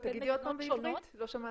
תגידי את זה עוד פעם בעברית, לא שמעתי.